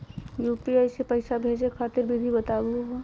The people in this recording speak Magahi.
यू.पी.आई स पैसा भेजै खातिर विधि बताहु हो?